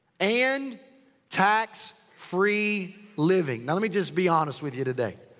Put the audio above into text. and tax free living. now lemme just be honest with you today.